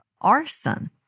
arson